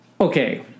okay